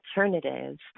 alternatives